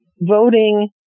voting